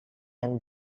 and